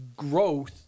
growth